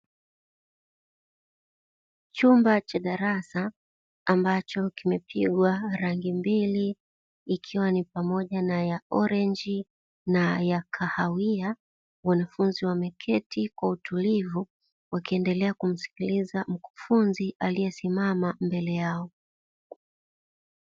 Chumba cha darasa ambacho kimepigwa rangi mbili ikiwa ni pamoja na ya orenji na ya kahawia, wanafunzi wameketi kwa utulivu wakiendelea kumsikiliza mkufunzi aliyesimama mbele yao.